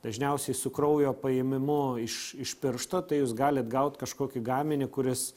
dažniausiai su kraujo paėmimu iš iš piršto tai jūs galit gaut kažkokį gaminį kuris